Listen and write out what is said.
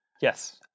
Yes